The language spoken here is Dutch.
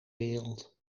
wereld